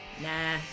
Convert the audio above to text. Nah